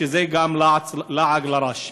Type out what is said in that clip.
שזה לעג לרש.